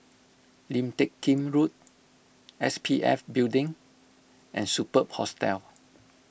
Lim Teck Kim Road S P F Building and Superb Hostel